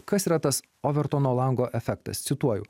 kas yra tas overtono lango efektas cituoju